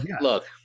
look